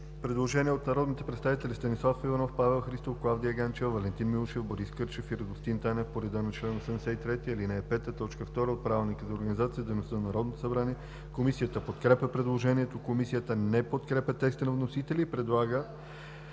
Предложение от народните представители Станислав Иванов, Павел Христов, Клавдия Ганчева, Валентин Милушев, Борис Кирчев и Радостин Танев по реда на чл. 83, ал. 5, т. 2 от Правилника за организацията и дейността на Народното събрание. Комисията подкрепя предложението. Комисията не подкрепя текста на вносителя и предлага